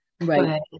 Right